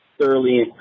thoroughly